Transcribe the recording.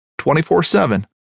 24-7